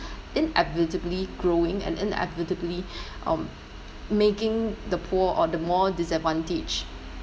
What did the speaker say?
inevitably growing and inevitably um making the poor or the more disadvantaged